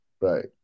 Right